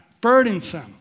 burdensome